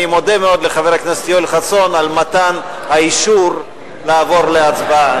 אני מודה מאוד לחבר הכנסת יואל חסון על מתן האישור לעבור להצבעה,